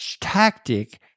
tactic